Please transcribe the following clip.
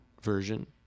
version